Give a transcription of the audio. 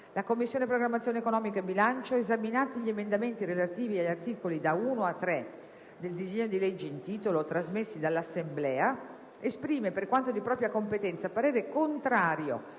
«La Commissione programmazione economica, bilancio, esaminati gli emendamenti relativi agli articoli da 1 a 3 del disegno di legge in titolo trasmessi dall'Assemblea, esprime, per quanto di propria competenza, parere contrario,